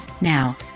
Now